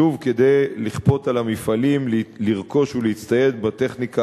שוב כדי לכפות על המפעלים לרכוש ולהצטייד בטכניקה